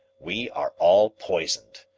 we are all poisoned.